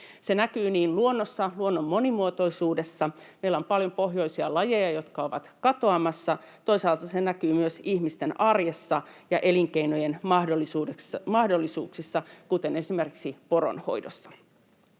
Se näkyy luonnossa, luonnon monimuotoisuudessa — meillä on paljon pohjoisia lajeja, jotka ovat katoamassa — toisaalta se näkyy myös ihmisten arjessa ja elinkeinojen mahdollisuuksissa, esimerkiksi poronhoidossa.